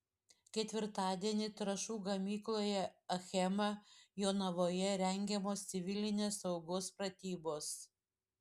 ketvirtadienį trąšų gamykloje achema jonavoje rengiamos civilinės saugos pratybos